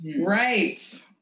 Right